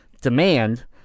demand